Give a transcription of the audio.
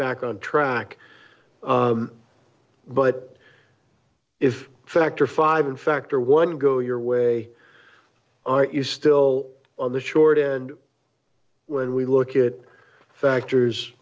back on track but if factor five and factor one go your way are you still on the short end when we look at factors